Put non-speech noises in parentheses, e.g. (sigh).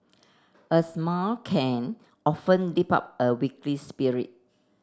a smile can often lift up a (unintelligible) spirit